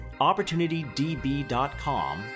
OpportunityDB.com